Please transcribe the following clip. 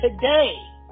today